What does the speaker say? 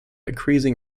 increasing